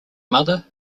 mother